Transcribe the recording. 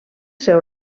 seu